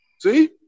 See